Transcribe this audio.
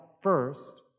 first